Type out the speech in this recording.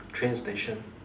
train station